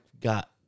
got